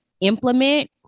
implement